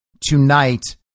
tonight